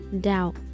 doubt